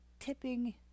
tipping